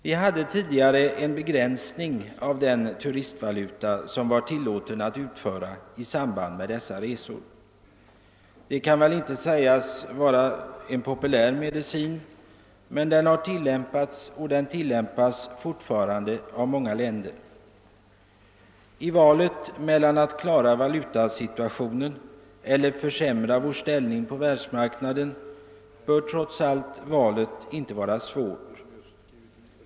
Vi hade tidigare en begränsning av den mängd turistvaluta som man tilläts utföra i samband med dessa resor. Det kan väl inte sägas vara en populär medicin, men den har tillämpats och tilllämpas fortfarande av många länder. I valet mellan att klara valutasituationen och att försämra vår ställning på världsmarknaden bör trots allt valet inte vara svårt.